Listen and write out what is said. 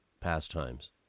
pastimes